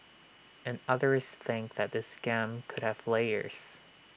and others think that this scam could have layers